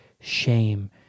shame